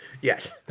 Yes